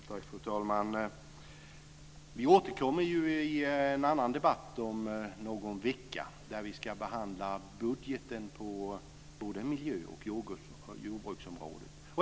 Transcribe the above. Fru talman! Vi återkommer i en annan debatt om någon vecka där vi ska behandla budgeten på både miljö och jordbruksområdet.